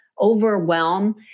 overwhelm